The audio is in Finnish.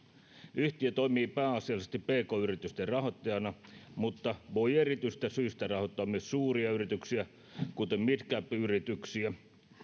yhtiö toimii pääasiallisesti pk yritysten rahoittajana mutta voi erityisestä syystä rahoittaa myös suuria yrityksiä kuten midcap yrityksiä